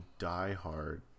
diehard